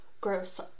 Gross